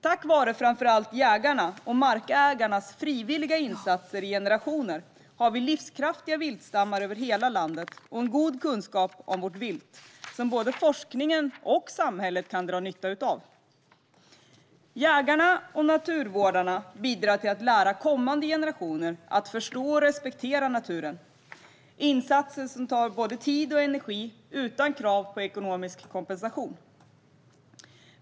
Tack vare framför allt jägarnas och markägarnas frivilliga insatser i generationer har vi livskraftiga viltstammar över hela landet och en god kunskap om vårt vilt som både forskningen och samhället kan dra nytta av. Jägarna och naturvårdarna bidrar till att lära kommande generationer att förstå och respektera naturen. Det är insatser som tar både tid och energi och som görs utan krav på ekonomisk kompensation.